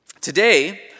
Today